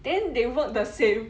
then they work the same